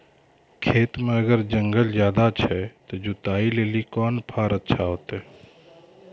खेत मे अगर जंगल ज्यादा छै ते जुताई लेली कोंन फार अच्छा होइतै?